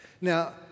Now